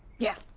yeah!